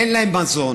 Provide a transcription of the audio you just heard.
אין להם מזון,